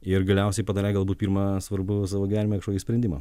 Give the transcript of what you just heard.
ir galiausiai padarė galbūt pirmą svarbų savo gyvenime kažkokį sprendimą